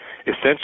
essentially